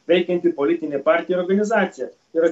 veikianti politinė partija ir organizacija yra